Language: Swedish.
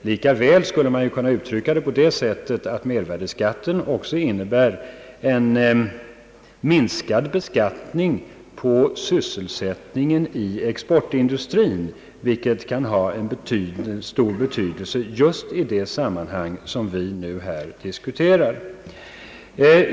Man kunde lika väl uttrycka saken på det sättet ati mervärdeskatten innebär en minskad beskattning på sysselsättningen i €exportindustrien, vilket kan ha en stor betydelse just i det sammanhang som vi nu diskuterar.